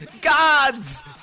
gods